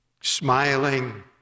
smiling